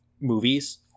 movies